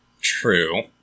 True